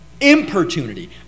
Importunity